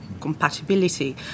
compatibility